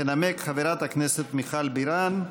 תנמק חברת הכנסת מיכל בירן.